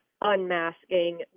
unmasking